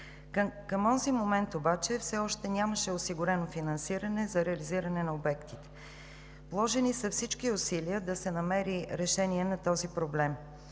Към онзи момент обаче все още нямаше осигурено финансиране за реализиране на обектите. Положени са всички усилия да се намери решение на този проблем.